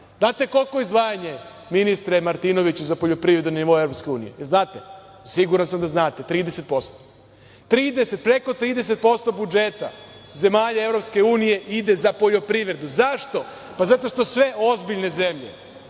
znate koliko je izdvajanje ministre Martinoviću u zemljama EU, znate, siguran sam da znate, 30%. Preko 30% budžeta zemalja EU ide za poljoprivredu. Zašto? Pa, zato što sve ozbiljne zemlje